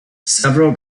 several